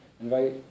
invite